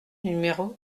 numéro